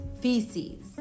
feces